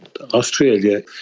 Australia